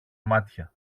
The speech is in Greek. μάτια